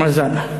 מזל.